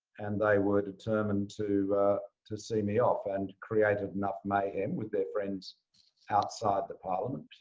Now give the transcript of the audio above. and they were determined to to see me off, and created enough mayhem with their friends outside the parliament,